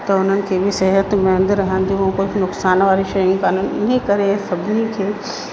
त हुननि खे बि सिहतमंदि रहंदियूं कोई नुक़सान वारी शयूं कोन आहिनि इहे करे सभिनी खे